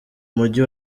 mujyi